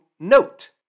Note